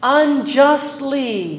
unjustly